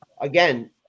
again